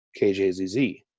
KJZZ